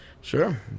Sure